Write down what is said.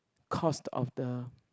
cost of the